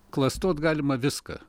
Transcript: klastot galima viską